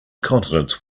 continents